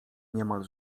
niemal